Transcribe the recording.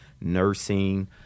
nursing